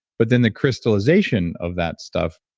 but then the crystallization of that stuff,